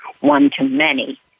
one-to-many